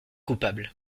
coupable